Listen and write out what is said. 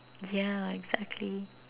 yeah exactly